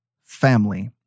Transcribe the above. family